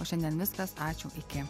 o šiandien viskas ačiū iki